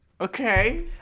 Okay